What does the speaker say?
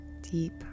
Deep